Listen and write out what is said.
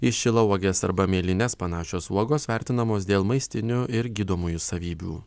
į šilauoges arba mėlynes panašios uogos vertinamos dėl maistinių ir gydomųjų savybių